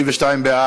126) (פיקוח על תשלום דמי נסיעה באוטובוסים),